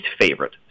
favorite